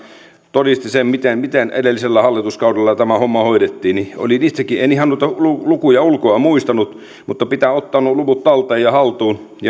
todisti sen miten miten edellisellä hallituskaudella tämä homma hoidettiin en ihan noita lukuja ulkoa muistanut mutta pitää ottaa nuo luvut talteen ja haltuun